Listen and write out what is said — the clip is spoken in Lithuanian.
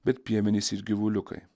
bet piemenys ir gyvuliukai